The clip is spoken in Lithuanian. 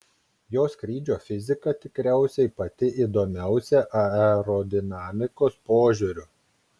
jo skrydžio fizika tikriausiai pati įdomiausia aerodinamikos požiūriu